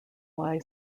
why